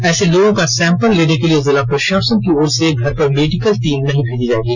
ऐसे लोगों का सैंपल लेने के लिए जिला प्रशासन की ओर से घर पर मेडिकल टीम नहीं भेजी जाएगी